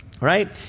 right